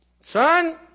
Son